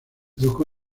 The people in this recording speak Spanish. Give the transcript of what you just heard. educó